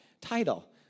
title